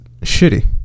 shitty